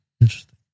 Interesting